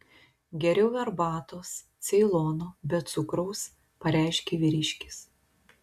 geriau arbatos ceilono be cukraus pareiškė vyriškis